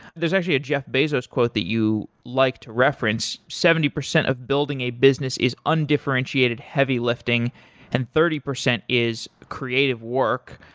there's actually jeff bezos quote that you liked to reference, seventy percent of building a business is undifferentiated heavy-lifting, and thirty percent is creative work.